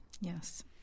Yes